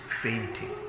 fainting